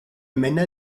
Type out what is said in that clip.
männer